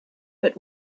but